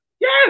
Yes